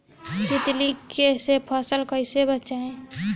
तितली से फसल के कइसे बचाई?